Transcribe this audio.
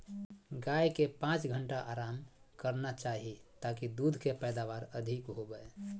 गाय के पांच घंटा आराम करना चाही ताकि दूध के पैदावार अधिक होबय